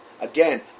Again